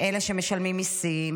אלה שמשלמים מיסים,